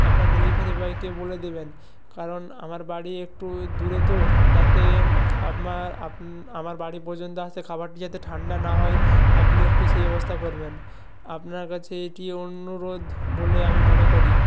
আপনার ডেলিভারি বয়কে বলে দেবেন কারণ আমার বাড়ি একটু দূরে তো যাতে আমার আপ আমার বাড়ি পর্যন্ত আসতে খাবারটি যাতে ঠান্ডা না হয় আপনি একটু সেই ব্যবস্থা করবেন আপনার কাছে এটি অনুরোধ বলে আমি মনে করি